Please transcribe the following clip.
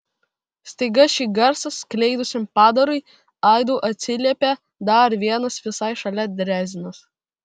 staiga šį garsą skleidusiam padarui aidu atsiliepė dar vienas visai šalia drezinos